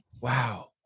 wow